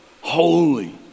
Holy